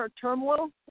turmoil